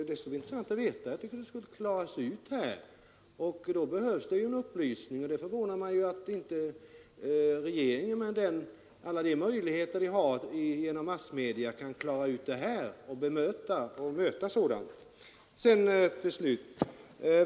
Det skulle vara intressant att få veta detta, och jag tycker att det skall klaras ut. För detta krävs det upplysning, och det förvånar mig att regeringen med alla sina möjligheter via massmedia inte kan bemöta en sådan propaganda.